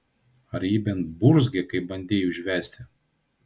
ar ji bent burzgė kai bandei užvesti